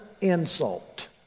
insult